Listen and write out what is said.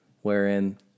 wherein